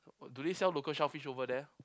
do they sell local shellfish over there